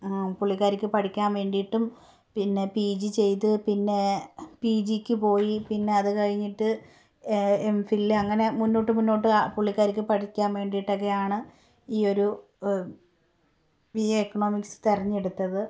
പുള്ളിക്കാരിക്ക് പഠിക്കാൻ വേണ്ടിയിട്ടും പിന്നെ പി ജി ചെയ്ത് പിന്നെ പി ജിക്കു പോയി പിന്നെ അതു കഴിഞ്ഞിട്ട് എം ഫിൽ അങ്ങനെ മുന്നോട്ട് മുന്നോട്ട് പുള്ളിക്കാരിക്ക് പഠിക്കാൻ വേണ്ടിയിട്ടൊക്കെയാണ് ഈ ഒരു ബി എ എക്കണോമിക്സ് തിരഞ്ഞെടുത്തത്